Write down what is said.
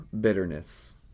bitterness